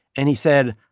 and he said,